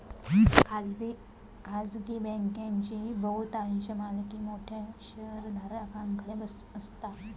खाजगी बँकांची बहुतांश मालकी मोठ्या शेयरधारकांकडे असता